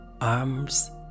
arms